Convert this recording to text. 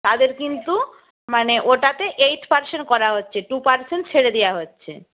তাদের কিন্তু মানে ওটাতে এইট পার্সেন্ট করা হচ্ছে টু পার্সেন্ট ছেড়ে দেওয়া হচ্ছে